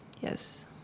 yes